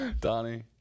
Donnie